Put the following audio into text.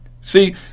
See